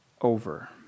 over